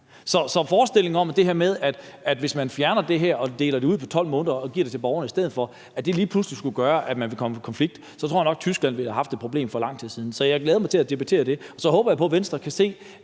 til forestillingen om, at det, hvis man fjerner det og deler det ud på 12 måneder og giver det til borgerne i stedet for, lige pludselig skulle gøre, at man vil komme i konflikt med EU-retten, vil jeg sige, at så tror jeg nok, at Tyskland ville have haft et problem for lang tid siden. Så jeg glæder mig til at debattere det. Og så håber jeg på, at Venstre kan se,